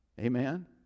amen